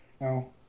No